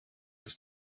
dass